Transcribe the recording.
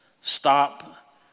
stop